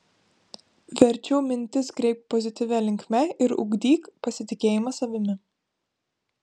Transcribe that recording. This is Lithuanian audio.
verčiau mintis kreipk pozityvia linkme ir ugdyk pasitikėjimą savimi